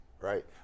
right